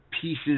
pieces